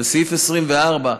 וסעיף 24,